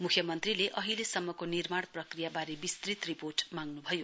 मुख्यमन्त्रीले अहिलेसम्मको निर्माण प्रक्रियाबारे विस्तृत रिपोर्ट माँग्नु भयो